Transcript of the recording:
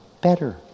better